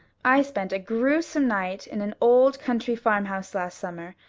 i spent a gruesome night in an old country farmhouse last summer.